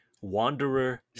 Wanderer